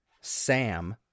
Sam